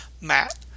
Matt